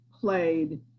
played